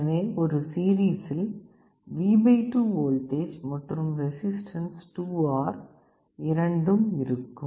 எனவே ஒரு சீரிஸில் V 2 வோல்டேஜ் மற்றும் ரெசிஸ்டன்ஸ் 2R இரண்டும் இருக்கும்